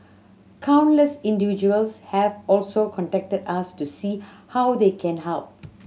countless individuals have also contacted us to see how they can help